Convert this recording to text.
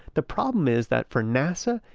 the problem is that for nasa,